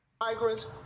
migrants